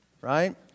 Right